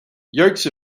yolks